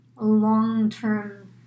long-term